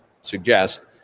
suggest